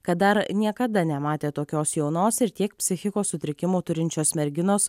kad dar niekada nematė tokios jaunos ir tiek psichikos sutrikimų turinčios merginos